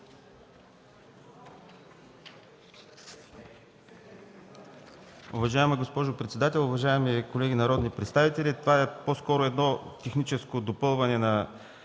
Уважаема госпожо председател, уважаеми колеги народни представители, това е по-скоро едно техническо допълване на